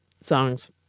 songs